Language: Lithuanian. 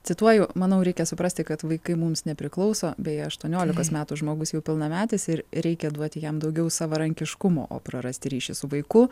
cituoju manau reikia suprasti kad vaikai mums nepriklauso bei aštuoniolikos metų žmogus jau pilnametis ir reikia duoti jam daugiau savarankiškumo o prarasti ryšį su vaiku